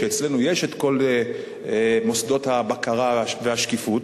שאצלנו יש כל מוסדות הבקרה והשקיפות,